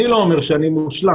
אני לא אומר שאני מושלם,